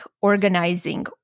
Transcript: organizing